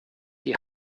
die